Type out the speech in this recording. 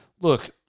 look